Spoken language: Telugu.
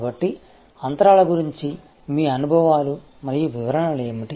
కాబట్టి అంతరాల గురించి మీ అనుభవాలు మరియు వివరణలు ఏమిటి